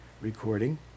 recording